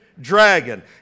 dragon